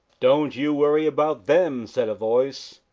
don't you worry about them, said a voice.